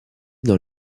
dans